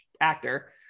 actor